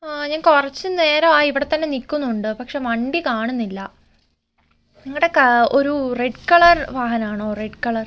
ആ ഞാൻ കൊറച്ചു നേരം ആയി ഇവിടെ തന്നെ നിക്കുന്നുണ്ട് പക്ഷേ വണ്ടി കാണുന്നില്ല നിങ്ങളുടെ കാ ഒരു റെഡ് കളർ വാഹനമാണോ റെഡ് കളർ